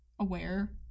aware